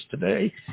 today